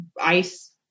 ice